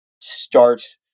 starts